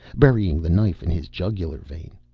burying the knife in his jugular vein.